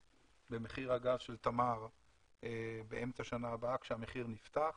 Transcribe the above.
למחיר הגז של תמר באמצע שנה הבאה כשהמחיר נפתח,